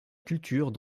culture